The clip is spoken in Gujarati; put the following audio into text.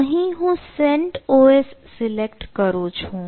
અહીં હું CentOS સિલેક્ટ કરું છું